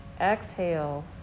exhale